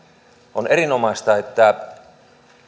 on erinomaista että